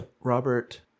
Robert